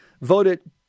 voted